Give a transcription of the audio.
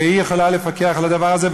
והיא יכולה לפקח על הדבר הזה,